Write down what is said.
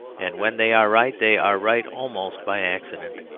and when they are right they are right almost by accident,